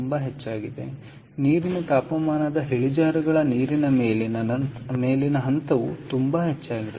ಆದ್ದರಿಂದ ನೀರಿನ ತಾಪಮಾನದ ಇಳಿಜಾರುಗಳು ನೀರಿನ ಮೇಲಿನ ಹಂತವು ತುಂಬಾ ಹೆಚ್ಚಾಗಿದೆ